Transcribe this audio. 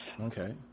Okay